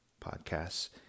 podcasts